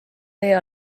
vee